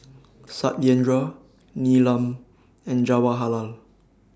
Satyendra Neelam and Jawaharlal